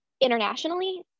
Internationally